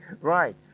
Right